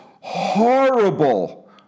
horrible